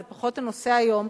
זה פחות הנושא היום,